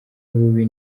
bubi